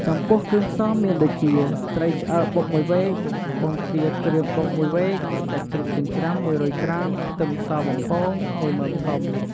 ចំពោះគ្រឿងផ្សំំមានដូចជា ត្រីឆ្អើរបុក ១វែក បង្គាក្រៀមបុក ១វែក សាច់ជ្រូកចិញ្ច្រាំ ១០០ក្រាម ខ្ទឹមសបំពង ១មើមធំ។